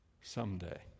Someday